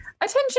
Attention